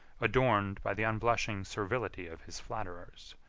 adorned by the unblushing servility of his flatterers,